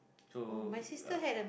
so uh